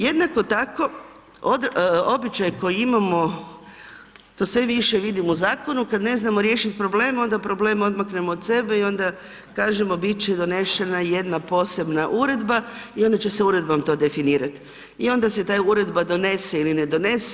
Jednako tako običaj koji imamo, to sve više vidim u zakonu, kad ne znamo riješiti problem onda problem odmaknemo od sebe i onda kažemo bit će donešena jedna posebna uredba i onda će se uredbom to definirati i onda se ta uredba donese ili ne donese.